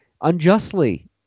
unjustly